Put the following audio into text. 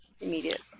immediate